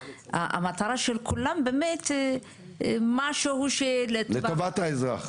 המטרה של כולם באמת לטובת האזרח.